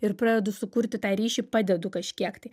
ir pradedu sukurti tą ryšį padedu kažkiek tai